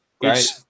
great